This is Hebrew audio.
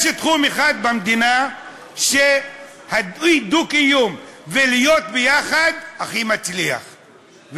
יש תחום אחד במדינה שהדו-קיום ולהיות ביחד הכי מצליח,